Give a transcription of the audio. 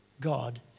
God